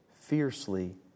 fiercely